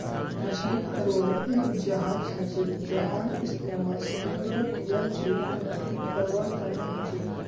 मछली पकड़वार एक जहाज हछेक जहार इस्तेमाल समूंदरत या झीलत मछली पकड़वार तने हछेक